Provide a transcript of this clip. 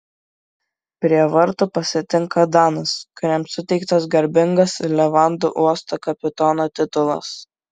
prie vartų pasitinka danas kuriam suteiktas garbingas levandų uosto kapitono titulas